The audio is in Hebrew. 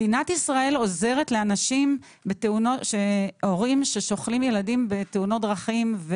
מדינת ישראל עוזרת להורים ששוכלים ילדים בתאונות דרכים,